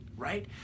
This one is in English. Right